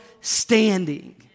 standing